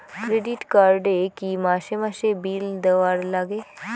Credit card এ কি মাসে মাসে বিল দেওয়ার লাগে?